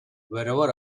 wherever